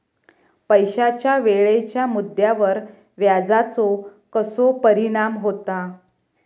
पैशाच्या वेळेच्या मुद्द्यावर व्याजाचो कसो परिणाम होता